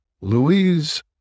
Louise